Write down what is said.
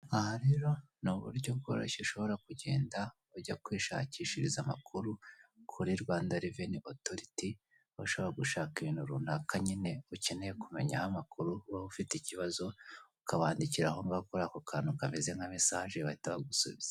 Iyi ni hoteri yubatse ku buryo bugezweho ndetse butangaje, ikaba yubatse mu gihugu cy' uRwanda mu mujyi wa Kigali; aho abakerarugendo bishimira kuyisura ndetse ikaberarwamo n'ibikorwa bitandukanye by'igihugu.